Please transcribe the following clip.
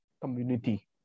community